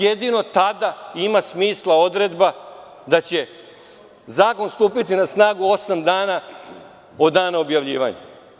Jedino tada ima smisla odredba da će zakon stupiti na snagu osam dana od dana objavljivanja.